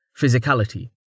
Physicality